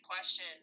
question